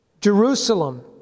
Jerusalem